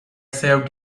saved